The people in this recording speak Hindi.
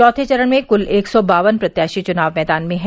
चौथे चरण में कुल एक सौ बावन प्रत्याशी चुनाव मैदान में हैं